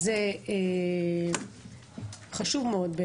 בעינינו, זה חשוב מאוד.